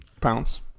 pounds